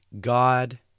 God